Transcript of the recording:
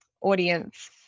audience